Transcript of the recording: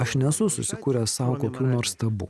aš nesu susikūręs sau kokių nors tabu